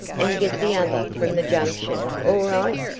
and get the other from the junction, all right.